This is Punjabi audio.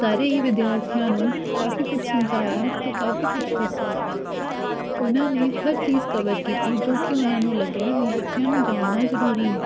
ਸਾਰੇ ਹੀ ਵਿਦਿਆਰਥੀਆਂ ਨੂੰ ਕਾਫੀ ਕੁਛ ਸਮਝਾਇਆ ਅਤੇ ਕਾਫੀ ਕੁਛ ਦੱਸਿਆ ਉਹਨਾਂ ਨੇ ਹਰ ਚੀਜ਼ ਕਵਰ ਕੀਤੀ ਜੋ ਕਿ ਉਹਨਾਂ ਨੂੰ ਲੱਗਿਆ ਵੀ ਬੱਚਿਆਂ ਨੂੰ ਜਾਣਨਾ ਜ਼ਰੂਰੀ ਹੈ